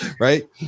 Right